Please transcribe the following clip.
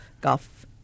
golf